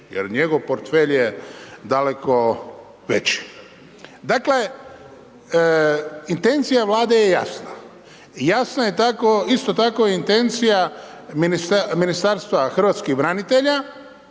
jer njegov portfelj je daleko veći. Dakle, intencija Vlade je jasna. Jasna je tako isto tako i intencija Ministarstva hrvatskih branitelja